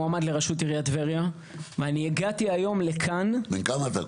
מועמד לראשות עיריית טבריה ואני הגעתי היום לכאן --- בן כמה אתה,